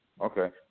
Okay